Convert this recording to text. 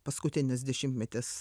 paskutinis dešimtmetis